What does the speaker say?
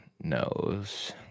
knows